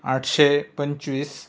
आठशे पंचवीस